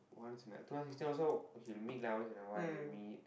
once in a two thousand sixteen also he meet lah once in a while he will meet